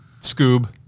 Scoob